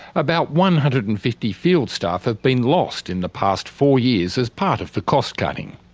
about one hundred and fifty field staff have been lost in the past four years as part of the cost cutting.